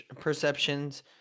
perceptions